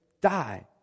die